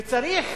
וצריך